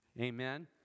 Amen